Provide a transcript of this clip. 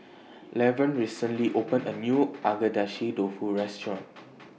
Levern recently opened A New Agedashi Dofu Restaurant